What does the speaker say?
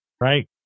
Right